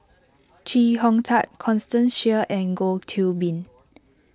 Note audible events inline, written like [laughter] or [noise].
[noise] Chee Hong Tat Constance Sheares and Goh Qiu Bin